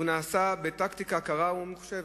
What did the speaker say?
והוא נעשה בטקטיקה קרה ומחושבת.